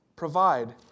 Provide